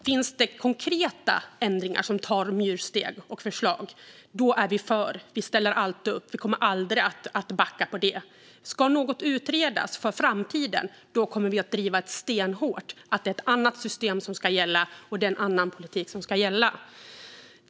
Finns det konkreta ändringar och förslag som tar myrsteg är vi för. Vi ställer alltid upp. Vi kommer aldrig att backa från det. Ska något utredas för framtiden kommer vi att driva stenhårt att det är ett annat system och en annan politik som ska gälla.